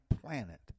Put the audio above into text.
planet